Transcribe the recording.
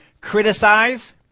criticize